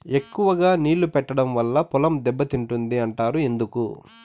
ఎక్కువగా నీళ్లు పెట్టడం వల్ల పొలం దెబ్బతింటుంది అంటారు ఎందుకు?